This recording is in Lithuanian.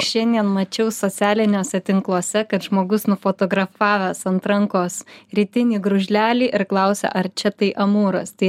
šiandien mačiau socialiniuose tinkluose kad žmogus nufotografavęs ant rankos rytinį gružlelį ir klausia ar čia tai amūras tai